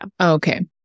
Okay